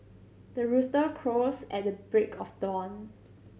the rooster crows at the break of dawn